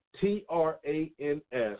T-R-A-N-S